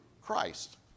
Christ